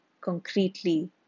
concretely